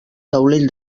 taulell